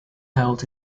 held